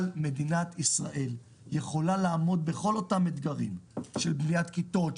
מדינת ישראל יכולה לעמוד בכל אותם אתגרים של בניית כיתות,